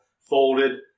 folded